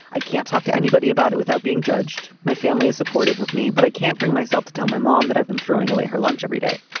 i can't talk to anybody about it without being judged. my family is supportive of me but i can't bring myself to tell my mom that i've been throwing away her lunch every day.